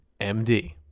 MD